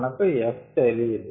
మనకు F తెలియదు